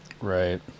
Right